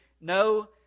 No